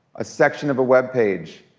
a section of a web page,